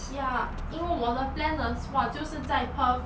ya 因为我的 plan 了就是在 perth